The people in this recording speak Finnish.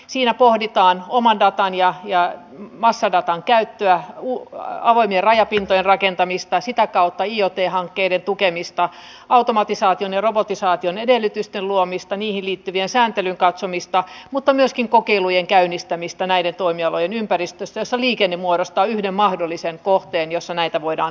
siinä pohditaan oman datan ja massadatan käyttöä avoimien rajapintojen rakentamista sitä kautta iot hankkeiden tukemista automatisaation ja robotisaation edellytysten luomista niihin liittyvien sääntelyjen katsomista mutta myöskin kokeilujen käynnistämistä näiden toimialojen ympäristössä jossa liikenne muodostaa yhden mahdollisen kohteen jossa näitä voidaan tehdä